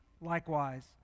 likewise